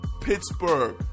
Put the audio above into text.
Pittsburgh